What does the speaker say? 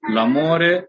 L'amore